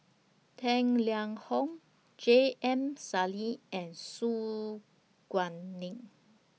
Tang Liang Hong J M Sali and Su Guaning